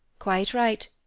quite right,